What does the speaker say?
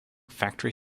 factory